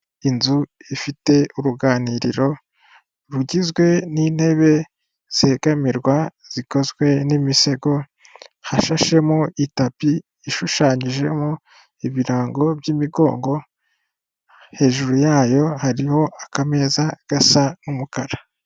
Inzu ifite uruganiriro rugizwe n'intebe zegamirwa zikozwe n'imisego hashashemo itapi ishushanyijemo ibirango by'imigongo hejuru yayo hariho akameza gasa n'umukara.